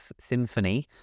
symphony